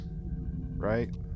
right